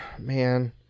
man